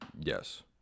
Yes